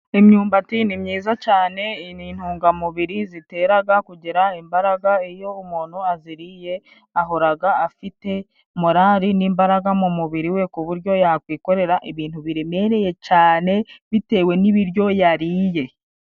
Imyumbati ni myiza cane ni intungamubiri ziteraga kugira imbaraga, iyo umuntu aziriye ahoraga afite morali n'imbaraga mu mubiri we, ku buryo yakwikorera ibintu biremereye cane bitewe n'ibiryo yariye.